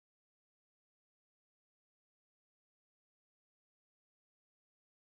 Muhammad Faisal started following you okay okay this is like a bit M eighteen lah